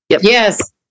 Yes